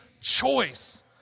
choice